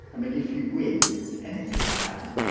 i mean if you win anything could happen?